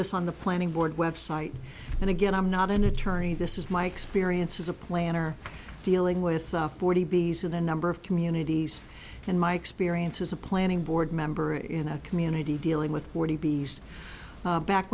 this on the planning board website and again i'm not an attorney this is my experience as a planner dealing with forty b s of the number of communities in my experience as a planning board member in a community dealing with forty b s back